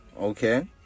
Okay